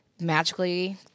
magically